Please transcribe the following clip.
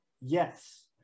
Yes